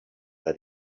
that